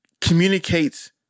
communicates